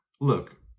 Look